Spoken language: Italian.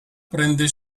prende